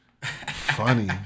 Funny